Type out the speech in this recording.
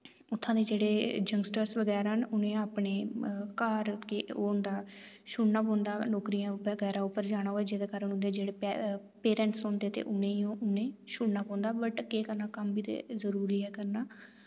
उत्थां दे जेह्ड़े जंगस्टरस बगैरा न उ'नें अपने घर गै होंदा छुड़ना पौंदा नौकरियां बगैरा उप्पर जाना होऐ जेह्दे कारण उं'दे जेह्ड़े पेरेंट्स होंदे ते उ'नेई ओह् उ'ने छुड़ना पौंदा बट के करना कम्म बी ते जरुरी ऐ करना